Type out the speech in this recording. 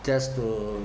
just to